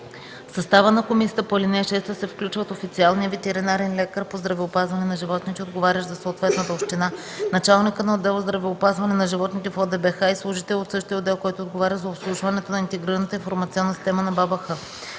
В състава на комисията по ал. 6 се включват официалния ветеринарен лекар по здравеопазване на животните, отговарящ за съответната община, началника на отдел „Здравеопазване на животните” в ОДБХ и служител от същия отдел, който отговаря за обслужването на Интегрираната информационна система на БАБХ.